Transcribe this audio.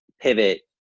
pivot